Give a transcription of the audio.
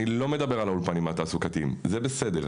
אני לא מדבר על האולפנים התעסוקתיים, זה בסדר.